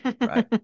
right